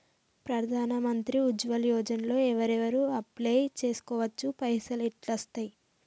ప్రధాన మంత్రి ఉజ్వల్ యోజన లో ఎవరెవరు అప్లయ్ చేస్కోవచ్చు? పైసల్ ఎట్లస్తయి?